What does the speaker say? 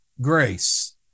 grace